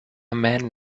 man